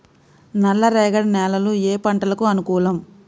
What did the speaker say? నల్లరేగడి నేలలు ఏ పంటలకు అనుకూలం?